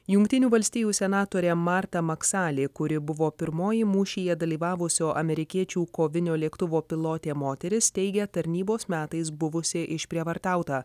jungtinių valstijų senatorė marta maksali kuri buvo pirmoji mūšyje dalyvavusio amerikiečių kovinio lėktuvo pilotė moteris teigia tarnybos metais buvusi išprievartauta